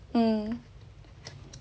mm